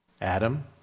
Adam